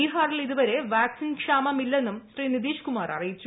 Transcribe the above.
ബിഹാറിൽ ഇതുവരെ വാക്സിൻ ക്ഷാമമില്ലെന്നും ശ്രീ നിതീഷ് കുമാർ അറിയിച്ചു